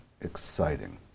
exciting